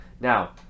now